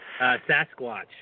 Sasquatch